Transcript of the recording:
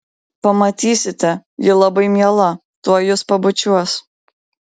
pamatysite ji labai miela tuoj jus pabučiuos